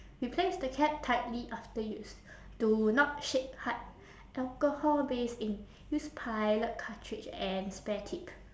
replace the cap tightly after use do not shake hard alcohol based ink use pilot cartridge and spare tip